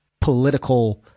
political